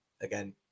again